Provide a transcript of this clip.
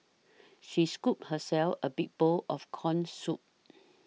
she scooped herself a big bowl of Corn Soup